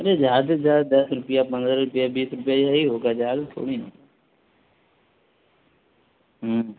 ارے زیادہ سے زیادہ دس روپیہ پندرہ روپیہ بیس روپیہ یہی ہوگا زیادہ تھوڑی نا ہے ہوں